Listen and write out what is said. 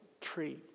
tree